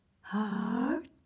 heart